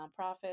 nonprofits